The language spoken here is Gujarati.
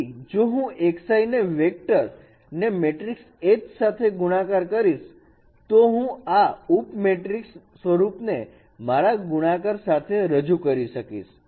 તેથી જો હું xi વેક્ટર ને મેટ્રિકસ H સાથે ગુણાકાર કરીશ તો હું આ ઉપમેટ્રિક્સ સ્વરૂપને મારા ગુણાકાર સાથે રજુ કરી શકીશ